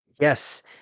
Yes